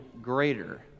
greater